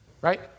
right